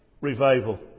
revival